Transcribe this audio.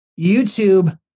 YouTube